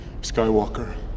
Skywalker